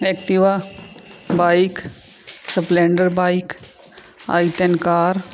Activa bike splendor bike I ten car